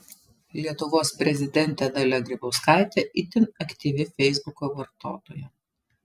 lietuvos prezidentė dalia grybauskaitė itin aktyvi feisbuko vartotoja